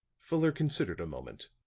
fuller considered a moment.